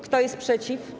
Kto jest przeciw?